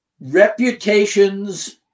reputations